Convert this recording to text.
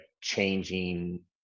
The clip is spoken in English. changing